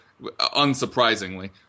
unsurprisingly